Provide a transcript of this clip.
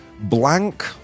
Blank